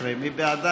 18. מי בעדה?